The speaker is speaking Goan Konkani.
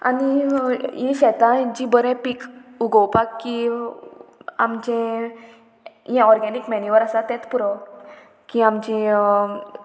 आनी हीं शेतां जी बरें पीक उगोवपाक की आमचें हें ऑर्गेनीक मेन्यूअर आसा तेत पुरो की आमची